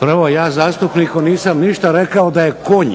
Prvo, ja zastupniku nisam rekao da je konj,